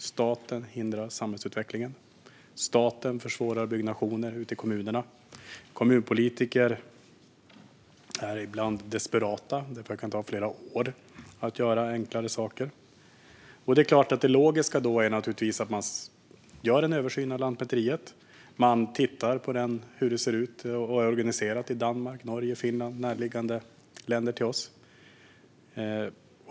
Staten hindrar samhällsutvecklingen. Staten försvårar byggnationer ute i kommunerna. Kommunpolitiker är ibland desperata eftersom det kan ta flera år att göra enklare saker. Det logiska är då naturligtvis att göra en översyn av Lantmäteriet. Man kan titta på hur det ser ut och är organiserat i Danmark, Norge och Finland - närliggande länder till oss.